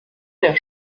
der